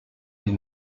die